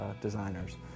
designers